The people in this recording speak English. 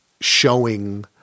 showing